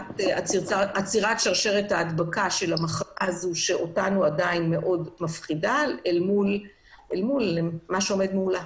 עצירת שרשרת ההדבקה של המגפה שאותנו עדיין מפחידה אל מול מה שעומד מולה.